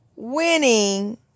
Winning